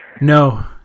No